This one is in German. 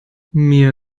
mir